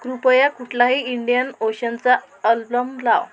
कृपया कुठलाही इंडियन ओशनचा अल्ब्लम लाव